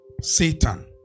Satan